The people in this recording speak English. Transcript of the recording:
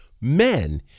men